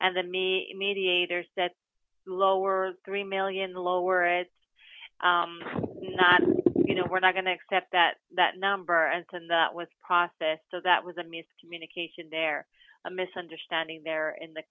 and then mediators that lower three million lower it's not you know we're not going to accept that that number and that was processed so that was a miscommunication there a misunderstanding there in the